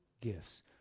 gifts